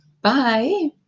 Bye